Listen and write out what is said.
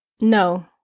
No